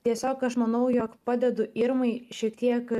tiesiog aš manau jog padedu irmai šiek tiek